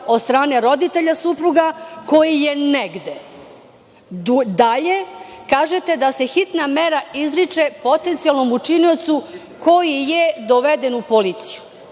od strane roditelja supruga koji je negde. Dalje kažete da se hitna mera izriče potencijalnom učiniocu koji je doveden u policiju.